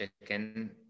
chicken